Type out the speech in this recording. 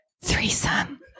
threesome